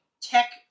tech